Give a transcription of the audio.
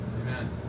Amen